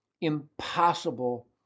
impossible